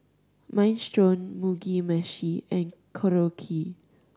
Minestrone Mugi Meshi and Korokke